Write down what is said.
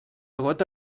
gota